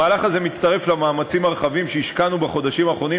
המהלך הזה מצטרף למאמצים הרחבים שהשקענו בחודשים האחרונים